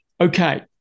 okay